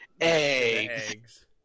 eggs